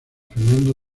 fernando